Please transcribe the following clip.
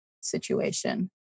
situation